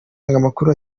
amakuru